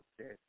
Okay